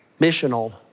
Missional